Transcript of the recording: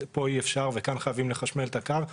פה אי אפשר ושם חייבים לחשמל את הקו.